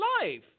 life